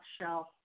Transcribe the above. shelf